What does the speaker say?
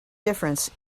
difference